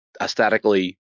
aesthetically